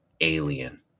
alien